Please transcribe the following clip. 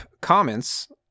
comments